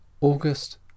August